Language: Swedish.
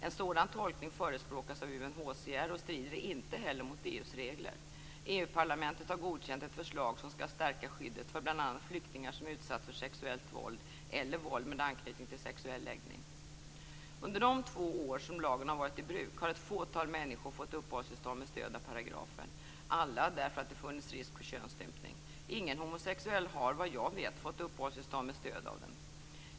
En sådan tolkning förespråkas av UNHCR och strider inte heller mot EU:s regler. EU-parlamentet har godkänt ett förslag som skall stärka skyddet för bl.a. Under de två år som lagen varit i bruk har ett fåtal människor fått uppehållstillstånd med stöd av paragrafen - i alla fallen därför att det funnits risk för könsstympning. Ingen homosexuell har dock, såvitt jag vet, fått uppehållstillstånd med stöd av den.